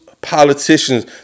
politicians